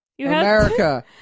America